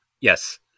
Yes